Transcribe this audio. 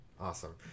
Awesome